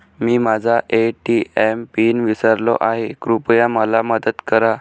मी माझा ATM PIN विसरलो आहे, कृपया मला मदत करा